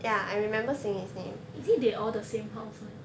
is it they all the same house [one]